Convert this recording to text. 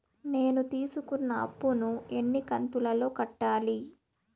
నేను తీసుకున్న అప్పు ను ఎన్ని కంతులలో కట్టాలి?